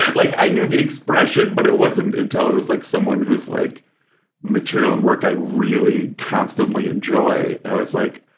like i knew the expression, but it wasn't until it was like someone who's like material and work i really constantly enjoy, i was like,